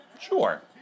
Sure